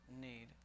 need